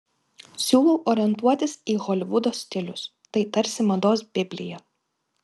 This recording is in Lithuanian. siūlau orientuotis į holivudo stilius tai tarsi mados biblija